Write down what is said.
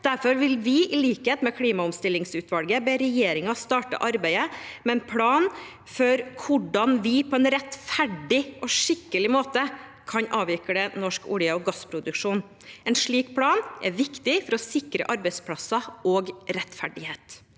Derfor vil vi, i likhet med klimaomstillingsutvalget, be regjeringen starte arbeidet med en plan for hvordan vi på en rettferdig og skikkelig måte kan avvikle norsk olje- og gassproduksjon. En slik plan er viktig for å sikre arbeidsplasser og rettferdighet.